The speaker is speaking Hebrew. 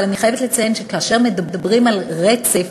אבל אני חייבת לציין שכאשר מדברים על רצף,